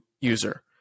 user